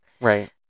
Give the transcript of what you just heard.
Right